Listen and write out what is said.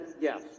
yes